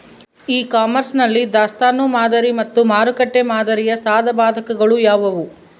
E commerce ನಲ್ಲಿ ದಾಸ್ತನು ಮಾದರಿ ಮತ್ತು ಮಾರುಕಟ್ಟೆ ಮಾದರಿಯ ಸಾಧಕಬಾಧಕಗಳು ಯಾವುವು?